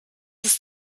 ist